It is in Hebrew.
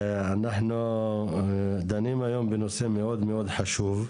אנחנו דנים היום בנושא מאוד מאוד חשוב.